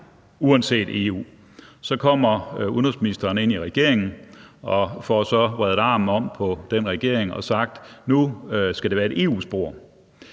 uanset EU. Så kommer udenrigsministeren ind i regeringen og får så vredet armen om på regeringen og sagt, at nu skal det være et EU-spor.